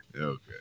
Okay